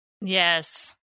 Yes